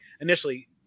initially –